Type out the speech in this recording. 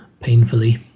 painfully